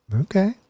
Okay